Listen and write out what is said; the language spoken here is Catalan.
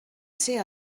ser